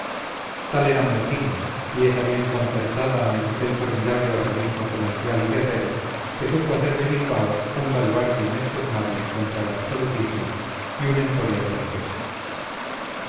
tal era martín pieza bien concertada en aquel formidable organismo comercial y guerrero que supo hacer de bilbao un baluarte inexpugnable contra el absolutismo y un emporio de riqueza